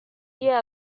year